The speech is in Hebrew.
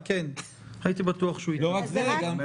את צודקת, ואני מבקש מכולנו להתאפק מקנאה.